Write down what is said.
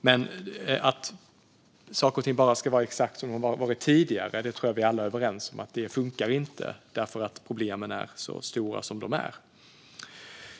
Men att saker och ting bara ska vara exakt som de har varit tidigare funkar inte - det tror jag att vi alla är överens om - eftersom problemen är så stora som de är.